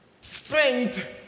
strength